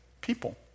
people